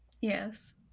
Yes